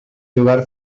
jugar